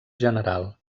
general